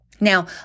Now